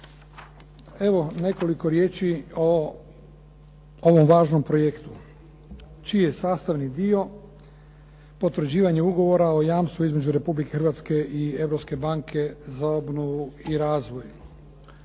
Evo nekoliko riječi o ovom važnom projektu čiji je sastavni dio Potvrđivanje ugovora o jamstvu između Republike Hrvatske i Europske banke za obnovu i razvoj.